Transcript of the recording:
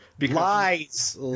Lies